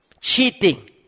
cheating